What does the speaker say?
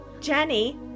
Jenny